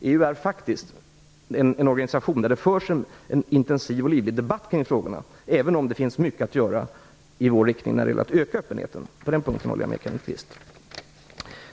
EU är faktiskt en organisation där det förs en intensiv och livlig debatt kring frågorna, även om det finns mycket att göra i vår riktning när det gäller att öka öppenheten - på den punkten håller jag med Kenneth Kvist.